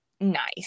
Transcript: nice